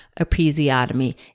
episiotomy